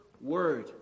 word